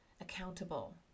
accountable